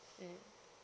mmhmm